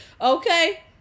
Okay